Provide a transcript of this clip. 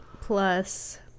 plus